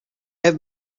have